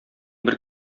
бер